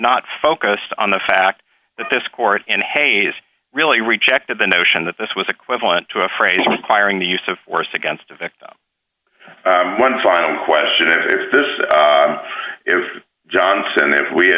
not focused on the fact that this court in hayes really rejected the notion that this was equivalent to a phrase requiring the use of force against a victim one final question is this if johnson if we